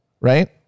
right